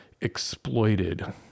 exploited